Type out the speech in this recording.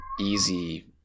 easy